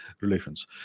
relations